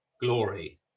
glory